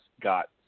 got